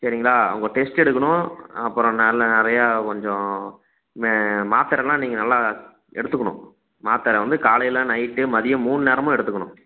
சரிங்களா உங்கள் டெஸ்ட் எடுக்கணும் அப்புறம் நல்ல நிறையா கொஞ்சம் மே மாத்தரைலாம் நீங்க நல்லா எடுத்துக்கணும் மாத்தரை வந்து காலையில் நைட்டு மதியம் மூணு நேரமும் எடுத்துக்கணும்